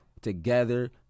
together